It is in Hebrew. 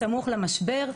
בסמוך למשבר,